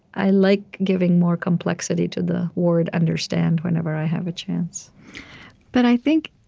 i like giving more complexity to the word understand whenever i have a chance but i think